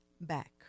back